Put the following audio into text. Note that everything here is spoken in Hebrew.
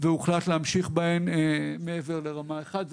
והוחלט להמשיך בהן מעבר לרמה 1,